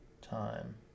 time